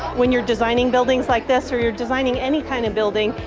when you're designing buildings like this, or you're designing any kind of building,